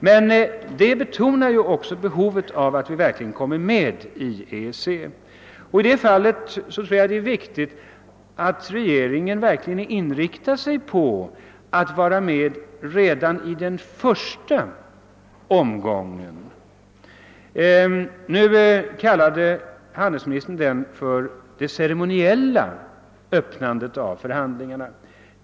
Men det betonar också behovet av att vi kommer med i EEC, och där är det viktigt att regeringen inriktar sig på att vara med redan i den första om gången. Handelsministern kallade den omgången för det ceremoniella öppnandet av förhandlingarna.